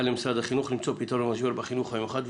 למשרד החינוך למצוא פתרון למשבר בחינוך המיוחד,